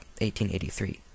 1883